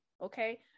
Okay